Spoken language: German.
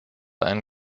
ein